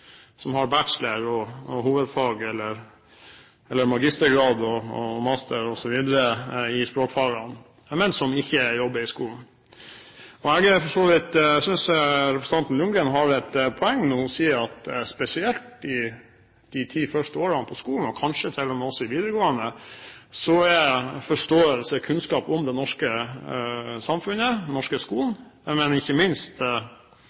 som har en bachelorgrad, som har hovedfag eller magistergrad, eller mastergrad osv., i språkfag, men som ikke jobber i skolen. Jeg synes representanten Ljunggren har et poeng når hun sier at spesielt i de ti første årene på skolen, og kanskje til og med også i videregående, er forståelse og kunnskap om det norske samfunnet, den norske skolen, og ikke minst